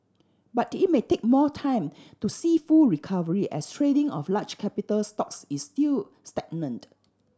but it may take more time to see full recovery as trading of large capital stocks is still stagnant